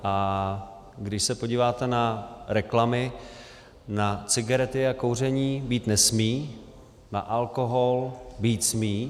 A když se podíváte na reklamy na cigarety a kouření být nesmí, na alkohol být smí.